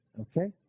Okay